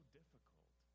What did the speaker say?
difficult